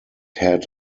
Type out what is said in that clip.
had